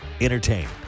entertain